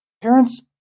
Parents